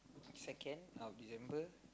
second of December